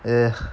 eh